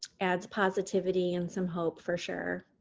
adds positivity and some hope for sure.